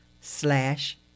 slash